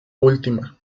última